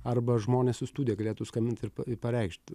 arba žmonės į studiją galėtų skambint i pa ir pareikšt